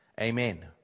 Amen